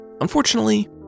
Unfortunately